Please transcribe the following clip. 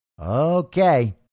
Okay